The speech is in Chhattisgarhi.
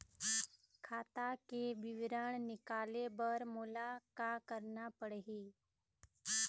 खाता के विवरण निकाले बर मोला का करना पड़ही?